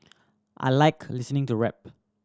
I like listening to rap